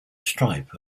stripe